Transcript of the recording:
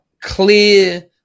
clear